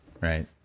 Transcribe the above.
right